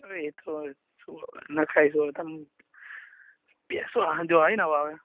હવે એ તો શું નખાવીશું હવે તમે બેસો હા જો આવીને હવા હવે